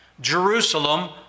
Jerusalem